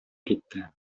китте